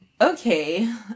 Okay